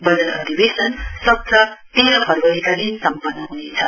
वजट अधिवेशन तेह्र फरवरीका दिन सम्पन्न हुनेछ